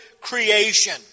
creation